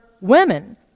women